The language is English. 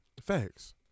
Facts